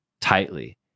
tightly